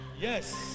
Yes